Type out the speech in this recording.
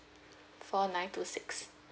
four nine two six